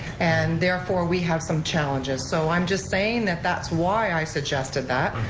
and therefore, we have some challenges. so i'm just saying that that's why i suggested that,